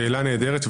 שאלה נהדרת,